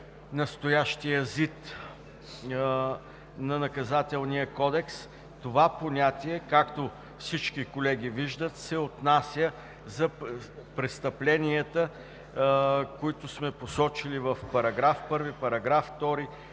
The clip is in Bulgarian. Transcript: настоящия ЗИД на Наказателния кодекс. Това понятие, както всички колеги виждат, се отнася за престъпленията, които сме посочили в § 1, § 2,